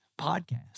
podcast